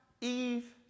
Eve